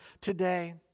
today